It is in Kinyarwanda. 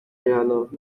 babanje